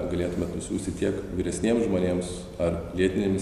galėtumėt nusiųsti tiek vyresniems žmonėms ar lėtinėmis